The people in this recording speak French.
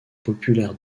populaire